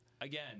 Again